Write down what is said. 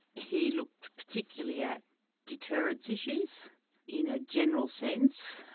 he looked particularly at deterrence issues in a general sense.